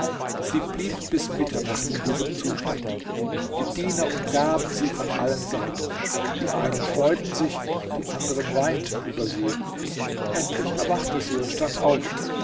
sie blieb bis mitternacht in diesem zustand die diener umgaben sie von allen seiten die einen freuten sich die anderen weinten über sie endlich erwachte sie und stand auf